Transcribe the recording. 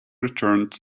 returned